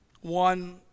One